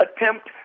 attempt